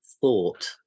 thought